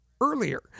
earlier